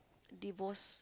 divorce